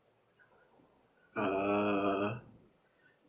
uh